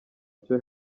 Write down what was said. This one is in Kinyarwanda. cyo